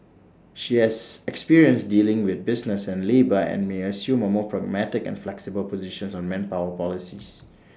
she has experience dealing with business and labour and may assume A more pragmatic and flexible position on manpower policies